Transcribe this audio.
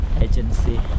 agency